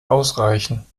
ausreichen